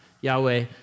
Yahweh